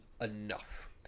enough